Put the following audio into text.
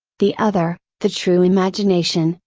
the other, the true imagination,